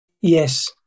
Yes